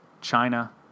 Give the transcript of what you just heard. China